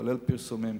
כולל פרסומים,